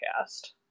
cast